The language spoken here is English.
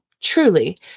truly